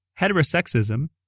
Heterosexism